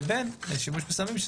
לבין שימוש בסמים,